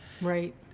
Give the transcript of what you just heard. right